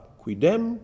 quidem